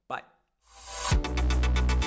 Bye